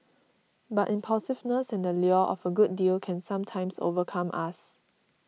but impulsiveness and the lure of a good deal can sometimes overcome us